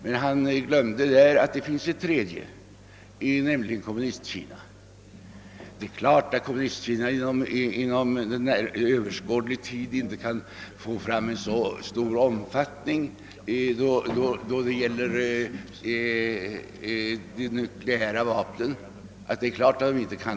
Men han glömde att det finns en tredje atommakt, nämligen Kommunistkina. Det är klart att Kommunistkina inom överskådlig tid inte kan få fram nukleära vapen i så stor omfattning.